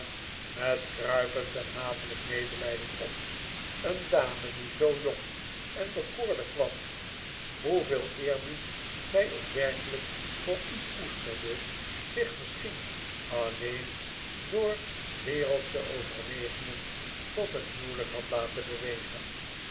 met kruipend en hatelijk medelijden op een dame die zoo jong en bekoorlijk was hoeveel eerbied zij ook werkelijk voor u koesterde zich misschien alleen door wereldsche overwegingen tot een huwelijk had laten bewegen